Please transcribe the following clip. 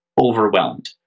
overwhelmed